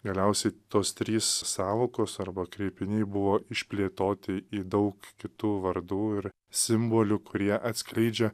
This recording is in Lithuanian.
galiausiai tos trys sąvokos arba kreipiniai buvo išplėtoti į daug kitų vardų ir simbolių kurie atskleidžia